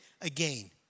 again